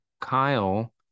Kyle